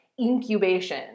incubation